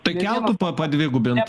tai keltų pa padvigubint